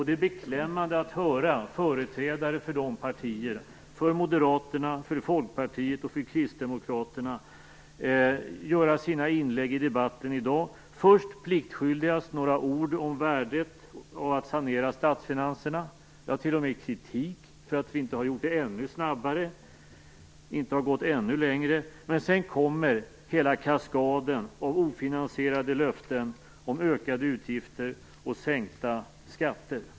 Det är beklämmande att höra företrädare för Moderaterna, Folkpartiet och Kristdemokraterna göra sina inlägg i debatten i dag. Först blir det pliktskyldigast några ord om värdet av att sanera statsfinanserna. Det har t.o.m. riktats kritik för att vi inte har gjort det ännu snabbare och inte gått ännu längre. Men sedan kommer en hel kaskad av ofinansierade löften om ökade utgifter och sänkta skatter.